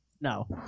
No